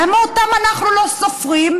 למה אותם אנחנו לא סופרים?